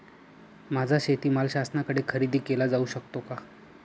माझा शेतीमाल शासनाकडे खरेदी केला जाऊ शकतो का?